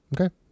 Okay